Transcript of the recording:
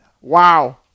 Wow